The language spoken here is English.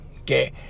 okay